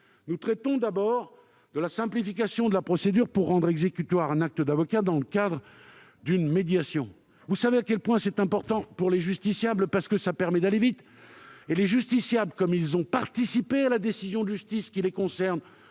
Nous traitons d'abord de la simplification de la procédure pour rendre exécutoire un acte d'avocat dans le cadre d'une médiation. Vous savez à quel point c'est important pour les justiciables, parce que cela permet d'aller vite, et que les justiciables, comme ils ont participé à la décision de justice qui les concerne,